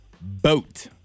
boat